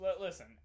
listen